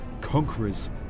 conquerors